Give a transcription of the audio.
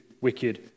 wicked